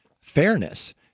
fairness